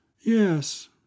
Yes